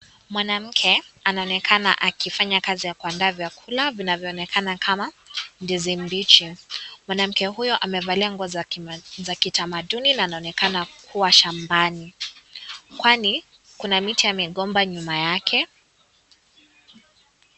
Mwanamke anaonekana akifanya kazi ya kuandaa vyakula vinavyoonekanakama ndizi mbichi, mwanamke huyo amevalia nguo za kitamaduni na anaonekana kuwa shambani kwani kuna miti ya migomba nyuma yake.